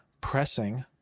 pressing